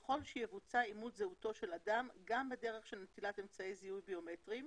יכול שיבוצע אימות זהותו של אדם גם בדרך של נטילת אמצעי זיהוי ביומטריים